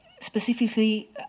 Specifically